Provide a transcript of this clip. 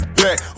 back